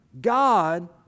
God